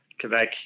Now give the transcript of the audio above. Quebec